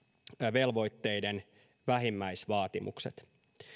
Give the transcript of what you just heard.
velvoitteiden vähimmäisvaatimukset